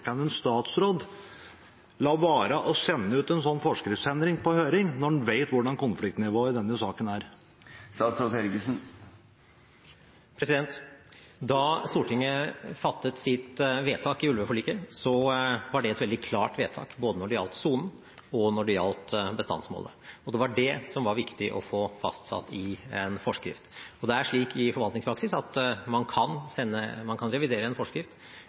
kan en statsråd la være å sende ut en slik forskriftsendring på høring, når man vet hvordan konfliktnivået i denne saken er? Da Stortinget fattet sitt vedtak i ulveforliket, var det et veldig klart vedtak både når det gjaldt sonen, og når det gjaldt bestandsmålet. Det var det som var viktig å få fastsatt i en forskrift. I forvaltningspraksis er det slik at man kan revidere en forskrift